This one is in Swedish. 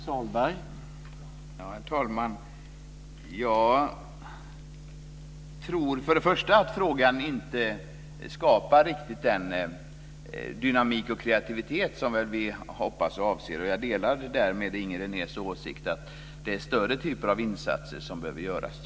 Herr talman! Jag tror för det första att frågan inte riktigt skapar den dynamik och kreativitet som vi hoppas på och avser. Jag delar därmed Inger Renés åsikt om att det är större typer av insatser som behöver göras.